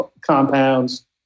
compounds